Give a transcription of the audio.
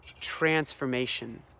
transformation